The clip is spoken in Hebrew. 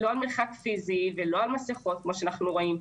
לא על מרחק פיסי ולא על מסיכות כמו שאנחנו רואים,